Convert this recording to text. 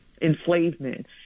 enslavement